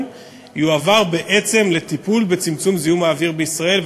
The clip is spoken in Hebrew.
יועבר בעצם לטיפול בצמצום זיהום האוויר בישראל,